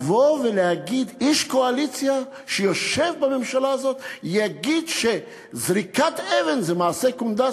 איש קואליציה שיושב בממשלה הזאת יגיד שזריקת אבן זה מעשה קונדס?